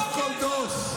ממה אתם מפחדים?